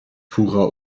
purer